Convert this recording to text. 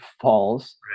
falls